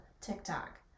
TikTok